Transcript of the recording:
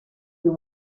uyu